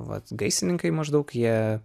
vat gaisrininkai maždaug jie